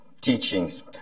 teachings